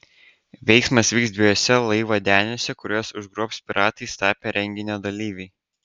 veiksmas vyks dviejuose laivo deniuose kuriuos užgrobs piratais tapę renginio dalyviai